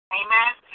amen